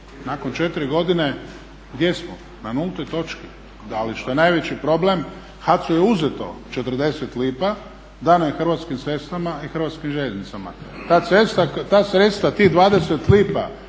nakon 4 godine, gdje smo? Na nultoj točki. A što je najveći problem HAC-u je uzeto 40 lipa, dano je Hrvatskim cestama i HŽ-u. Ta sredstva tih 20 lipa